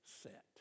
set